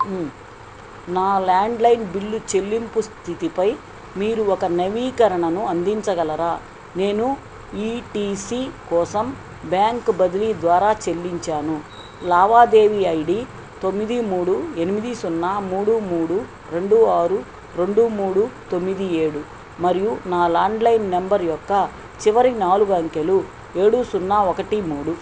నా లాండ్లైన్ బిల్లు చెల్లింపు స్థితిపై మీరు ఒక నవీకరణను అందించగలరా నేను ఈటీసీ కోసం బ్యాంకు బదిలీ ద్వారా చెల్లించాను లావాదేవీ ఐడి తొమ్మిది మూడు ఎనిమిది సున్నా మూడు మూడు రెండు ఆరు రెండు మూడు తొమ్మిది ఏడు మరియు నా లాండ్లైన్ నెంబర్ యొక్క చివరి నాలుగు అంకెలు ఏడు సున్నా ఒకటి మూడు